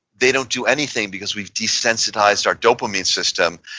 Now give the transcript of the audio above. they don't do anything, because we've desensitized our dopamine system,